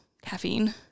caffeine